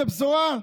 זו בשורה?